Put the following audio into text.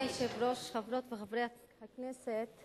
אדוני היושב-ראש, חברות וחברי הכנסת,